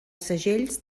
segells